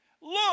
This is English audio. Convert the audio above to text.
Look